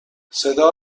صدا